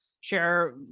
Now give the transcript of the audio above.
share